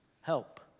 Help